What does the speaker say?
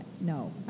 no